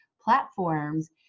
platforms